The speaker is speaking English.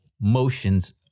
motions